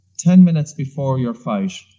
ten minutes before your fight,